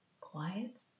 quiet